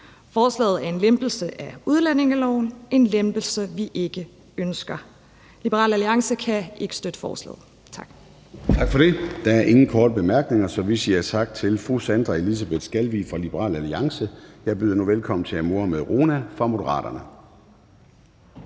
Forslaget er en lempelse af udlændingeloven – en lempelse, vi ikke ønsker. Liberal Alliance kan ikke støtte forslaget. Tak.